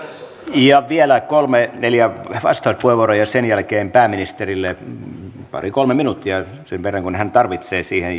vielä kolme neljä vastauspuheenvuoroa ja sen jälkeen pääministerille pari kolme minuuttia sen verran kuin hän tarvitsee siihen